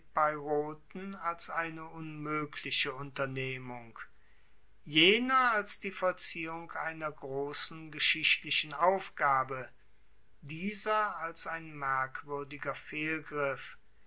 epeiroten als eine unmoegliche unternehmung jener als die vollziehung einer grossen geschichtlichen aufgabe dieser als ein merkwuerdiger fehlgriff